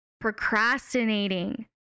procrastinating